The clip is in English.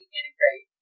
integrate